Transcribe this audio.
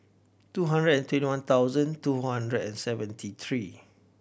two hundred and twenty one thousand two hundred and seventy three